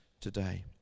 today